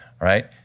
Right